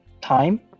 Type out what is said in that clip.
time